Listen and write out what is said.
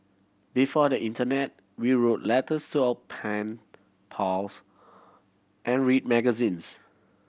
before the internet we wrote letters to our pen pals and read magazines